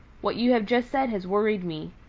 what you have just said has worried me.